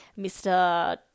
mr